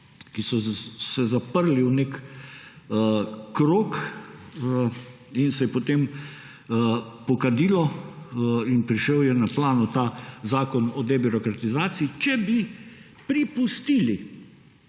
ki so se zaprli v nek krog in se je potem pokadilo in prišel je na plan ta zakon o debirokratizaciji, če bi pripustili